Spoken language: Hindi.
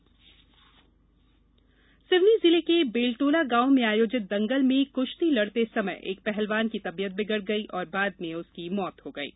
पहलवान मौत सिवनी जिले के बेलटोला गांव में आयोजित दंगल में कुश्ती लड़ते समय एक पहलवान की तबीयत बिगड़ गयी और बाद में उसकी मौत हो गयी